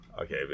Okay